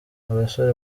abasore